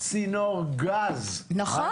אין פה נציג אחד של הקואליציה המכהנת.